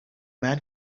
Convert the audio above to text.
man